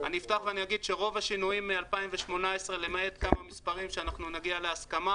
אני אפתח ואגיד שרוב השינויים מ-2018 למעט כמה מספרים שנגיע להסכמה